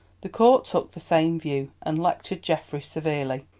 the court took the same view, and lectured geoffrey severely.